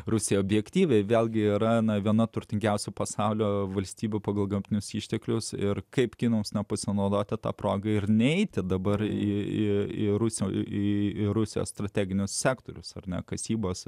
rusija objektyviai vėlgi yra viena turtingiausių pasaulio valstybių pagal gamtinius išteklius ir kaip kinams nepasinaudoti ta proga ir neiti dabar į rusiją į rusijos strateginius sektorius ar kasybos